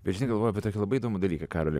bet žinai galvoju apie tokį labai įdomų dalyką karoli